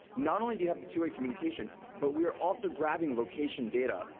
not only do you have the two-way communication, but we are also grabbing location data,